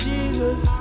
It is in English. Jesus